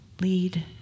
Lead